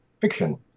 fiction